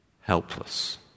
helpless